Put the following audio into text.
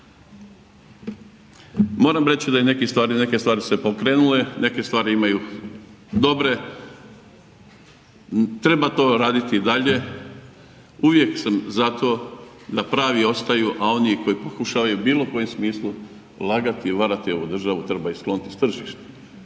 Moram reći da neke stvari su se pokrenule, neke stvari imaju dobre, treba to raditi i dalje, uvijek sam za to da pravi opstaju a oni koji pokušavaju u bilo kojem smislu lagati i varati ovu državu treba ih skloniti sa tržišta.